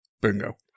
Bingo